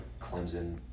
Clemson